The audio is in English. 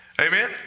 Amen